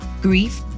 grief